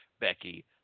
Becky